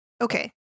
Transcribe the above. Okay